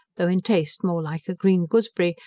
though in taste more like a green gooseberry,